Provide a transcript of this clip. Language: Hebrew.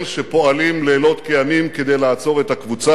שפועלים לילות כימים כדי לעצור את הקבוצה הזאת.